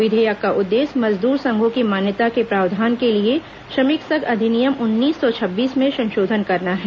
विधेयक का उद्देश्य मजदूर संघों की मान्यता के प्रावधान के लिए श्रमिक संघ अधिनियम उन्नीस सौ छब्बीस में संशोधन करना है